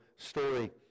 story